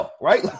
right